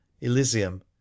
elysium